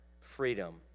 freedom